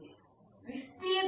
విస్తీర్ణం గణన చూపబడింది